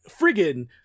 friggin